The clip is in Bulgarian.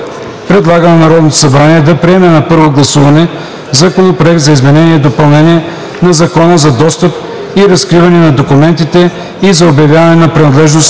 предлага на Народното събрание да приеме на първо гласуване Законопроект за изменение и допълнение на Закона за достъп и разкриване на документите и за обявяване на принадлежност